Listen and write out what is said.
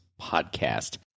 podcast